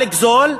מה לגזול,